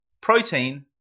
protein